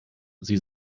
sie